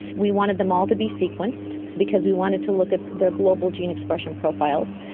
we wanted them all to be sequenced because we wanted to look at their global gene expression profiles,